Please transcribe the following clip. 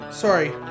Sorry